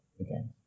again